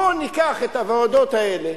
בוא ניקח את הוועדות האלה,